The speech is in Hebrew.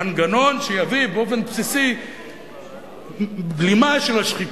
מנגנון שיביא באופן בסיסי בלימה של השחיקה.